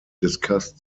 discussed